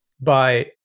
by-